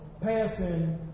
passing